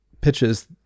pitches